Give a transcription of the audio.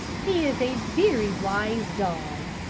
he is a very wise dog.